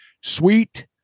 Sweet